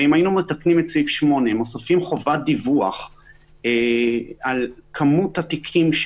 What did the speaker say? אם היינו מתקנים את סעיף 8 ומוסיפים חובת דיווח על כמות התיקים,